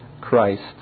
Christ